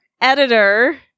editor